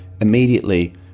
immediately